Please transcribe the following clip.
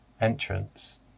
entrance